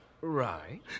Right